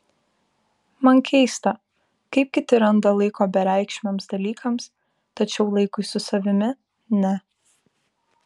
man keista kaip kiti randa laiko bereikšmiams dalykams tačiau laikui su savimi ne